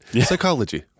Psychology